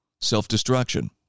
self-destruction